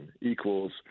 equals